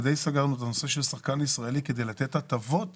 ודי סגרנו את הנושא של שחקן ישראלי כדי לתת הטבות